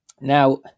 Now